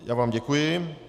Já vám děkuji.